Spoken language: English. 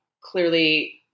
clearly